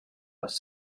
las